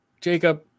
Jacob